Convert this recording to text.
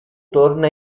torna